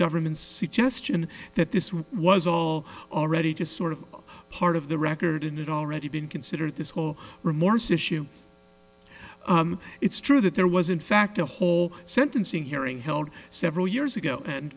government's suggestion that this was all already just sort of part of the record already been considered this whole remorse issue it's true that there was in fact a whole sentencing hearing held several years ago and